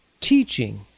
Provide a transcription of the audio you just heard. teaching